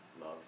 Love